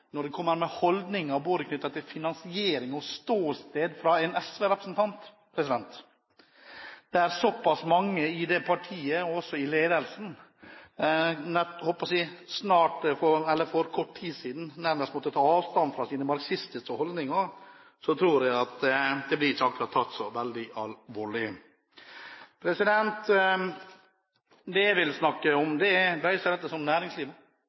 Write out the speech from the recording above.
Når det kommer slike holdninger knyttet til finansiering, og fra en SV-representants ståsted, der så pass mange i det partiet, også i ledelsen, for kort tid siden nærmest måtte ta avstand fra sine marxistiske holdninger, tror jeg ikke akkurat det blir tatt så veldig alvorlig. Det jeg vil snakke om, dreier seg rett og slett om næringslivet. Jeg vil gå inn på en del av det som